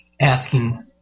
asking